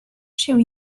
się